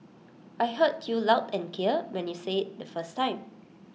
I heard you loud and clear when you said IT the first time